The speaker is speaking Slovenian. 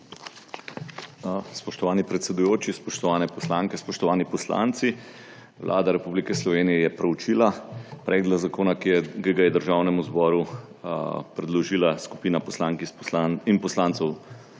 Spoštovani predsedujoči, spoštovane poslanke, spoštovani poslanci! Vlada Republike Slovenije je proučila predlog zakona, ki ga je Državnemu zboru predložila skupina poslank in poslancev